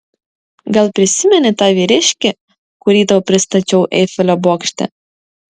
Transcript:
gal prisimeni tą vyriškį kurį tau pristačiau eifelio bokšte